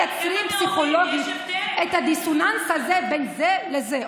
אבל איך אתם מייצרים פסיכולוגית את הדיסוננס הזה בין זה לזה?